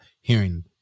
hearing